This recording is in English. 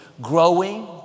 growing